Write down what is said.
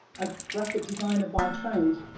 a graphic designer by trade.